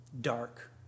dark